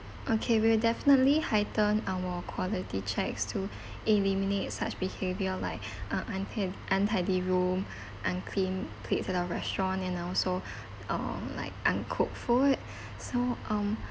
okay we will definitely heighten our quality checks to eliminate such behaviour like uh unkempt untidy room unclean plates at our restaurant and also uh like uncooked food so um